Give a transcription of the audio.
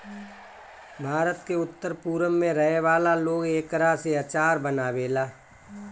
भारत के उत्तर पूरब में रहे वाला लोग एकरा से अचार बनावेला